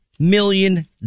million